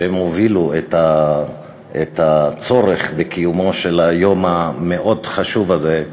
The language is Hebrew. שהובילו את הצורך בקיומו של היום המאוד-חשוב הזה,